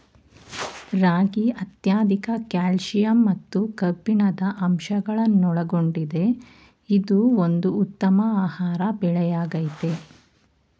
ರಾಗಿ ಅತ್ಯಧಿಕ ಕ್ಯಾಲ್ಸಿಯಂ ಮತ್ತು ಕಬ್ಬಿಣದ ಅಂಶಗಳನ್ನೊಳಗೊಂಡಿದೆ ಇದು ಒಂದು ಉತ್ತಮ ಆಹಾರ ಬೆಳೆಯಾಗಯ್ತೆ